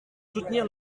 soutenir